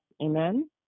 amen